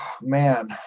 man